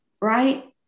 Right